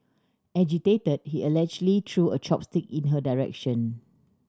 agitated he allegedly threw a chopstick in her direction